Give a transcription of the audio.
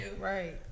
Right